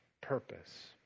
purpose